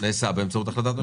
נעשה באמצעות החלטת ממשלה.